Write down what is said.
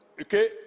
Okay